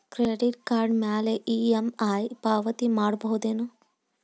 Credit card ಮ್ಯಾಲೆ EMI ಪಾವತಿ ಮಾಡ್ಬಹುದೇನು?